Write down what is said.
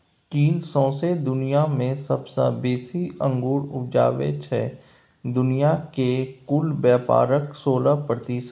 चीन सौंसे दुनियाँ मे सबसँ बेसी अंगुर उपजाबै छै दुनिया केर कुल बेपारक सोलह प्रतिशत